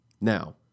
Now